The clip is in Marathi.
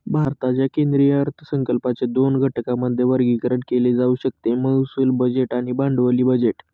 भारताच्या केंद्रीय अर्थसंकल्पाचे दोन घटकांमध्ये वर्गीकरण केले जाऊ शकते महसूल बजेट आणि भांडवली बजेट